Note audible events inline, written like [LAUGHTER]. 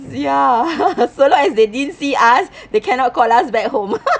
ya so long as they didn't see as they cannot call us back home [LAUGHS]